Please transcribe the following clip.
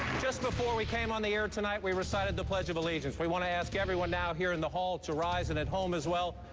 just before we came on the air tonight, we recited the pledge of allegiance. we want to ask everyone now here in the hall to rise and at home as well,